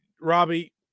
Robbie